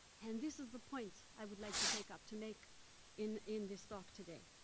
and this is the point i would like to take up to make in in this talk today.